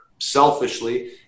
selfishly